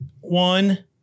One